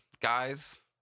guys